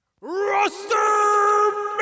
Roster